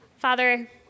Father